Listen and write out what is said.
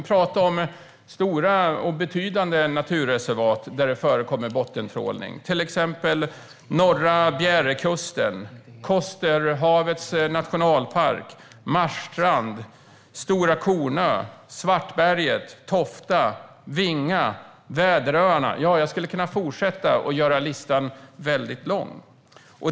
I stora och betydande naturreservat förekommer det bottentrålning. Det gäller till exempel norra Bjärekusten, Kosterhavets nationalpark, Marstrand, Stora Kornö, Svartberget, Tofta, Vinga, Väderöarna - ja, jag skulle kunna fortsätta och göra listan väldigt lång.